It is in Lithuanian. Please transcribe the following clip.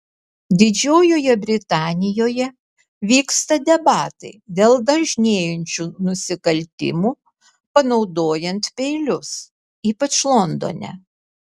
didžiojoje britanijoje vyksta debatai dėl dažnėjančių nusikaltimų panaudojant peilius ypač londone